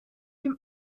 dem